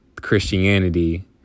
Christianity